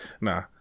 Nah